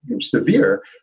severe